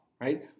right